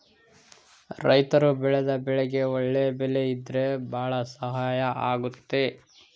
ರೈತರು ಬೆಳೆದ ಬೆಳೆಗೆ ಒಳ್ಳೆ ಬೆಲೆ ಇದ್ರೆ ಭಾಳ ಸಹಾಯ ಆಗುತ್ತೆ